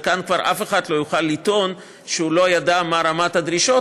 וכאן כבר אף אחד לא יוכל לטעון שהוא לא ידע מה רמת הדרישות,